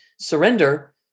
surrender